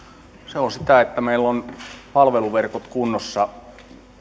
se on sitä että meillä on palveluverkot kunnossa